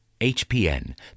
HPN